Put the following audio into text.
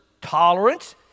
tolerance